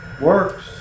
works